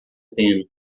pena